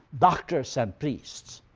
doctors and priests.